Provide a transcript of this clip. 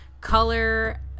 color